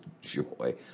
joy